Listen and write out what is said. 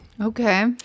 Okay